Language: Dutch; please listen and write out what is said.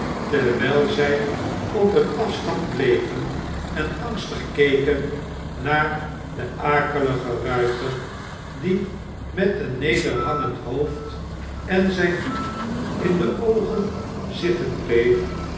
terwijl zij op een afstand bleven en angstig keken naar den akeligen ruiter die een nederhangend hoofd en zijn hoed in de oogen zitten bleef